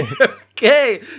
okay